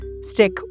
Stick